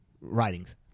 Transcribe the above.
writings